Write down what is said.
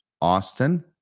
Austin